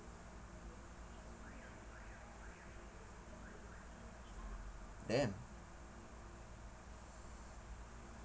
damn